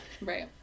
Right